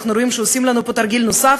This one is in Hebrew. אנחנו רואים שעושים לנו פה תרגיל נוסף.